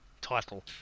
title